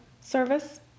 service